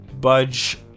Budge